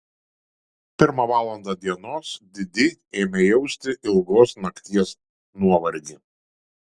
pirmą valandą dienos didi ėmė jausti ilgos nakties nuovargį